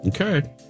Okay